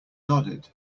nodded